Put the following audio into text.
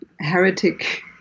heretic